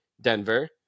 denver